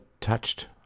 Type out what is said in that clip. touched